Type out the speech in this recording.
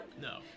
No